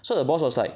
so the boss was like